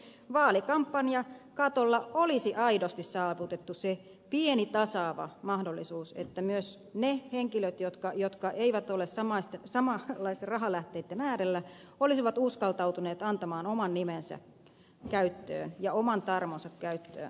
siksi mielestäni vaalikampanjakatolla olisi aidosti saavutettu se pieni tasaava mahdollisuus että myös ne henkilöt jotka eivät ole samanlaisten rahalähteitten äärellä olisivat uskaltautuneet antamaan oman nimensä käyttöön ja oman tarmonsa käyttöön vaalikampanjaan